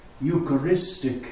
Eucharistic